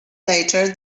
later